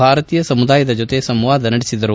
ಭಾರತೀಯ ಸಮುದಾಯದ ಜೊತೆ ಸಂವಾದ ನಡೆಸಿದರು